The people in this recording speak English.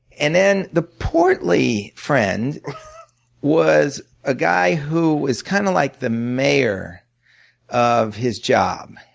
and then the portly friend was a guy who was kind of like the mayor of his job,